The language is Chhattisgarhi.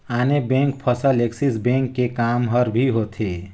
आने बेंक फसल ऐक्सिस बेंक के काम हर भी होथे